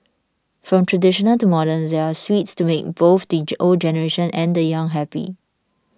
from traditional to modern there are sweets to make both the old generation and the young happy